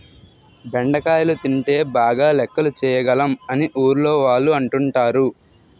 బెండకాయలు తింటే బాగా లెక్కలు చేయగలం అని ఊర్లోవాళ్ళు అంటుంటారు